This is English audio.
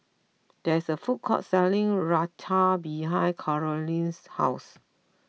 there is a food court selling Raita behind Carolyn's house